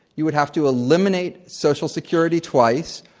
you would have to eliminate social security twice,